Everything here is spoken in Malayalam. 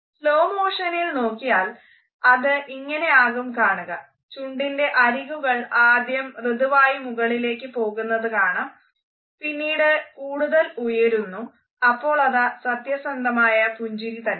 സ്ലോ മോഷനിൽ നോക്കിയാൽ അത് ഇങ്ങനെയാകും കാണുക ചുണ്ടിന്റെ അരികുകൾ ആദ്യം മൃദുവായി മുകളിലേയ്ക്ക് പോകുന്നത് കാണാം പിന്നീട കൂടുതൽ ഉയരുന്നു അപ്പോളതാ സത്യസന്ധമായ പുഞ്ചിരി തന്നെ